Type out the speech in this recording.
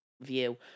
view